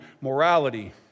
morality